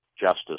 justice